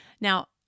Now